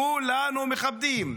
כולנו מכבדים.